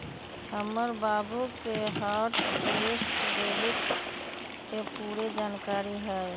हमर बाबु के हॉट लिस्ट डेबिट के पूरे जनकारी हइ